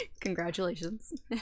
congratulations